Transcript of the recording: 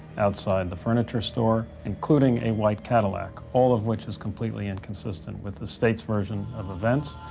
outside the furniture store, including a white cadillac, all of which is completely inconsistent with the state's version of events.